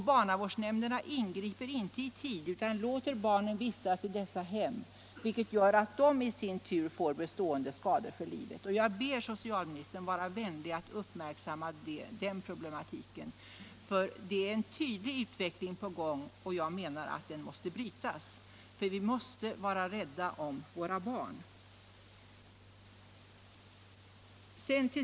Barnavårdsnämnderna ingriper inte i tid utan låter barnen vistas i dessa hem, vilket gör att de i sin tur får skador för livet. Jag ber socialministern vara vänlig att uppmärksamma den problematiken. Det är en tydlig utveckling på gång, och den måste brytas. Vi måste vara rädda om våra barn.